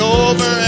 over